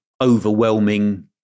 overwhelming